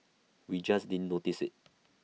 we just didn't notice IT